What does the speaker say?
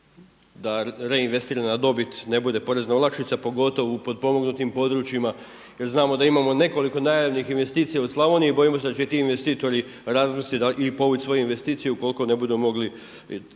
da reinvestirana dobit ne bude porezna olakšica pogotovo u potpomognutim područjima jel znamo da imamo nekoliko najavljenih investicija u Slavoniji i bojimo se da će ti investitori razmisliti i povući svoje investiciju ukoliko ne budemo mogli to